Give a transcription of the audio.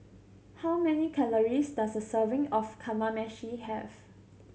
how many calories does a serving of Kamameshi have